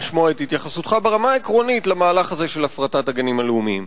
לשמוע את התייחסותך ברמה העקרונית למהלך הזה של הפרטת הגנים הלאומיים.